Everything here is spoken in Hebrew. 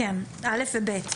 כן, (א) ו-(ב).